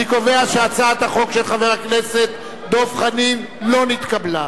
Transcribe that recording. אני קובע שהצעת החוק של חבר הכנסת דב חנין לא נתקבלה.